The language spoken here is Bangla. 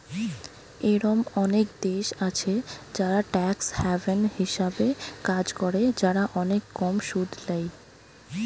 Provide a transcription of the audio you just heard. এরোম অনেক দেশ আছে যারা ট্যাক্স হ্যাভেন হিসাবে কাজ করে, যারা অনেক কম সুদ ল্যায়